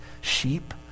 sheep